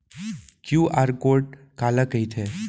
QR code काला कहिथे?